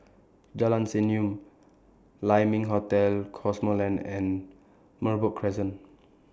Jalan Senyum Lai Ming Hotel Cosmoland and Merbok Crescent